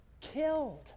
killed